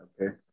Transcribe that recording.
Okay